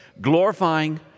glorifying